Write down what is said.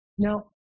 Now